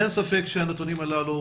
אין ספק שהנתונים הללו